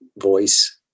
voice